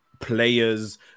players